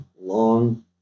long